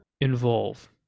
involve